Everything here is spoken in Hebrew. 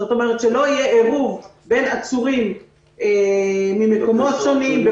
כלומר שלא יהיה עירוב בין עצורים ממקומות שונים,